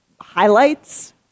highlights